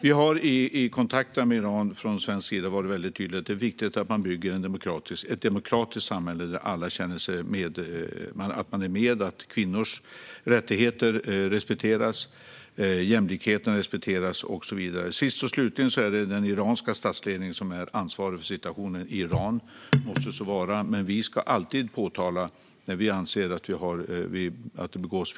Vi har i kontakterna med Iran från svensk sida varit väldigt tydliga med att det är viktigt att man bygger ett demokratiskt samhälle där alla känner att de är med, att kvinnors rättigheter respekteras, att jämlikheten respekteras och så vidare. Sist och slutligen är det den iranska statsledningen som är ansvarig för situationen i Iran. Det må så vara, men vi ska alltid påtala felaktigheter som vi ser begås.